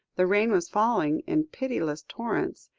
the rain was falling in pitiless torrents,